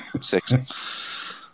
six